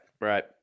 right